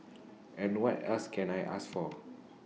and what else can I ask for